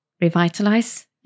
revitalize